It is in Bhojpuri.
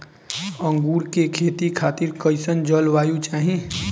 अंगूर के खेती खातिर कइसन जलवायु चाही?